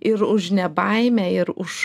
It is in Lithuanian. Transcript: ir už ne baimę ir už